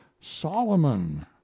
Solomon